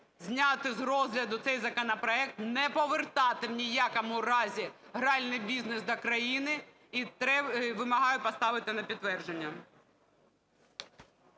зняти з розгляду цей законопроект, не повертати ні в якому разі гральний бізнес до країни і вимагаю поставити на підтвердження.